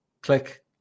click